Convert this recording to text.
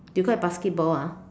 you call it basketball ah